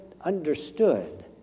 understood